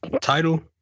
title